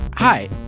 Hi